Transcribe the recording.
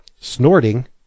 snorting